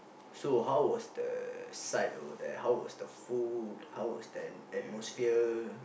so how was the sight over there how was the food how was the at~ atmosphere